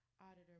Auditor